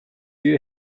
you